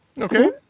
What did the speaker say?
Okay